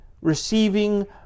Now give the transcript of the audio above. receiving